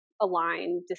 align